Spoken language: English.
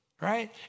right